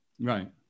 right